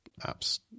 apps